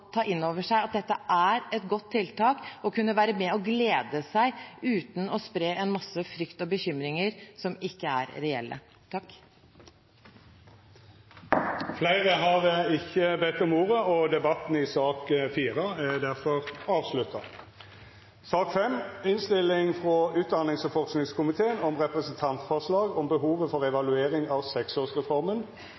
ta inn over seg at dette er et godt tiltak og kunne være med og glede seg uten å spre en masse frykt og bekymringer som ikke er reelle. Fleire har ikkje bedt om ordet til sak nr. 4. Etter ønske frå utdannings- og forskingskomiteen vil presidenten føreslå at taletida vert avgrensa til 5 minutt til kvar gruppe og